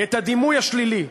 את הדימוי השלילי,